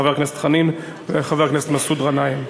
חבר הכנסת חנין וחבר הכנסת מסעוד גנאים.